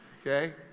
Okay